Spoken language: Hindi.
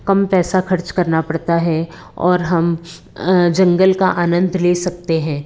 कम पैसा ख़र्च करना पड़ता है और हम जंगल का आनंद ले सकते हैं